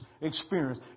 experience